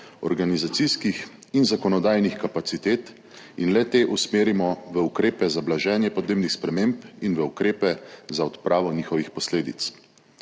organizacijskih in zakonodajnih kapacitet in le-te usmerimo v ukrepe za blaženje podnebnih sprememb in v ukrepe za odpravo njihovih posledic.